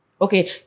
Okay